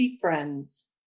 friends